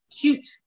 cute